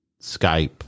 Skype